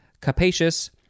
Capacious